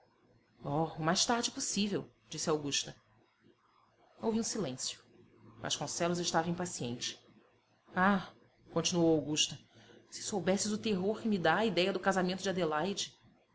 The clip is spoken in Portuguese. mais tarde possível disse augusta houve um silêncio vasconcelos estava impaciente ah continuou augusta se soubesses o terror que me dá a idéia do casamento de adelaide